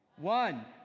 One